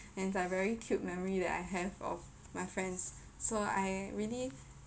and it's like very cute memory that I have of my friends so I really